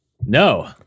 No